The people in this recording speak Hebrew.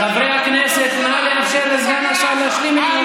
חברי הכנסת, נא לאפשר לסגן השר להשלים את דבריו.